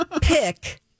Pick